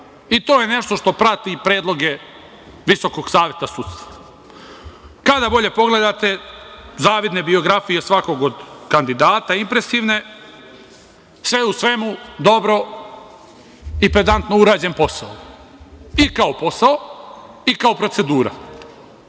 i to je nešto što prati predloge VSS. Kada bolje pogledate zavidne biografije svakog od kandidata, impresivne. Sve u svemu, dobro i pedantno urađen posao i kao posao i kao procedura.